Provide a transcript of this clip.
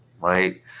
right